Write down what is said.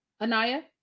anaya